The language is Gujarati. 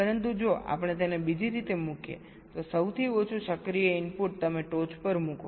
પરંતુ જો આપણે તેને બીજી રીતે મૂકીએ તો સૌથી ઓછું સક્રિય ઇનપુટ તમે ટોચ પર મૂકો